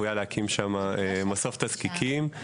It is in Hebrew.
צפויה להקים שם מסוף תזקיקים.